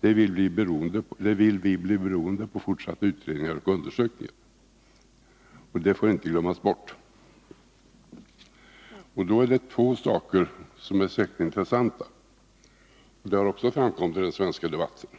Vi vill att det skall bli beroende på fortsatta utredningar och undersökningar. Detta får inte glömmas bort. Då är det två synpunkter som är särskilt intressanta, vilket också har framgått av den svenska debatten.